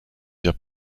viens